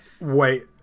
Wait